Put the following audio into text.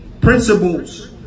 principles